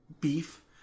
beef